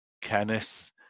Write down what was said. Kenneth